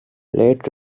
late